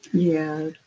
yeah.